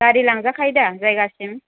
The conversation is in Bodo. गारि लांजाखायो दा जायगासिम